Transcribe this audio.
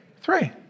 Three